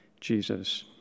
Jesus